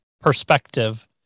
perspective